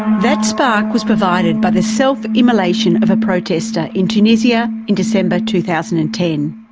that spark was provided by the self-immolation of a protestor in tunisia in december two thousand and ten.